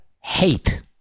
hate